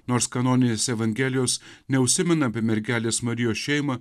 nors kanoninės evangelijos neužsimena apie mergelės marijos šeimą